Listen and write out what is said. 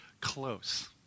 close